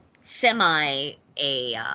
semi-a